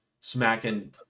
smacking